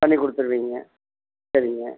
பண்ணி கொடுத்துருவீங்க சரிங்க